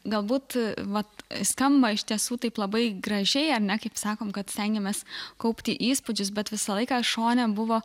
galbūt vat skamba iš tiesų taip labai gražiai ar ne kaip sakom kad stengėmės kaupti įspūdžius bet visą laiką šone buvo